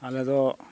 ᱟᱞᱮᱫᱚ